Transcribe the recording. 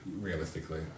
realistically